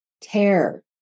tear